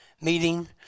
meeting